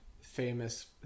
famous